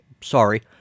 sorry